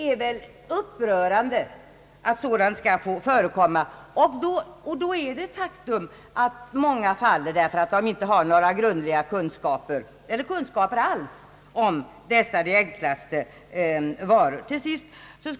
Det är upprörande att sådant skall få förekomma, och faktum är att många faller därför att de inte har några grundliga kunskaper — eller kunskaper alls — om ens de enklaste varor.